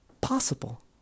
possible